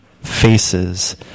faces